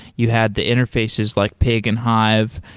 you had the interfaces like pig and hive.